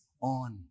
on